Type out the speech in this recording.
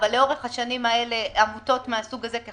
אבל לאורך השנים האלו עמותות מהסוג הזה,